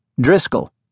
Driscoll